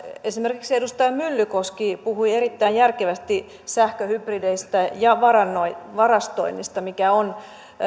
esimerkiksi edustaja myllykoski puhui erittäin järkevästi sähköhybrideistä ja varastoinnista varastoinnista mikä on